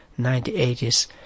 1980s